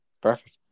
Perfect